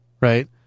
right